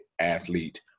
athlete